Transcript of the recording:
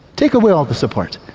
take away all the support,